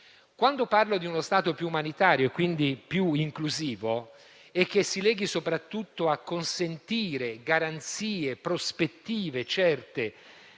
Quando parlo di uno Stato più umanitario e, quindi, più inclusivo, che si impegni soprattutto a consentire garanzie e prospettive certe